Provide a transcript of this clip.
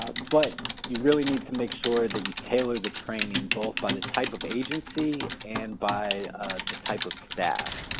ah but you really need to make sure that you tailor the training both by the type of agency and by the type of staff.